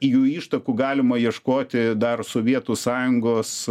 jų ištakų galima ieškoti dar sovietų sąjungos